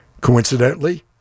Coincidentally